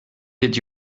did